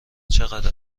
چقدر